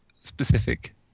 specific